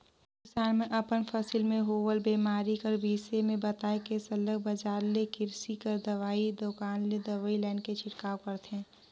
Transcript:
किसान मन अपन फसिल में होवल बेमारी कर बिसे में बताए के सरलग बजार ले किरसी कर दवई दोकान ले दवई लाएन के छिड़काव करथे